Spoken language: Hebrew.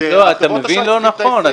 לא, אתה מבין לא נכון.